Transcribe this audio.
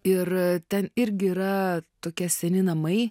ir ten irgi yra tokie seni namai